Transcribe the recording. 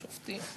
השופטים?